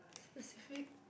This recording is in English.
specific